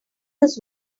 this